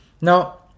Now